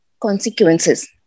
consequences